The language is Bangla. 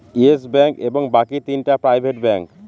ইয়েস ব্যাঙ্ক এবং বাকি তিনটা প্রাইভেট ব্যাঙ্ক